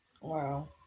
Wow